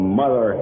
mother